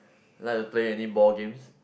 like to play any ball games